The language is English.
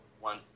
one